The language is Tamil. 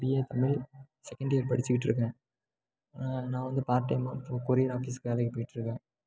பிஏ தமிழ் செகேண்ட் இயர் படிச்சிக்கிட்டிருக்கேன் நான் வந்து பார்ட் டைம் ஒர்க்கு கொரியர் ஆஃபீஸ்க்கு வேலைக்கு போயிகிட்ருக்கேன்